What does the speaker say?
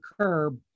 curb